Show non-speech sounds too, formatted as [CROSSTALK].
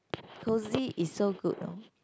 cozy is so good [NOISE]